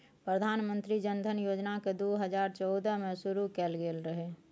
प्रधानमंत्री जनधन योजना केँ दु हजार चौदह मे शुरु कएल गेल रहय